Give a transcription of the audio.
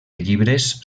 llibres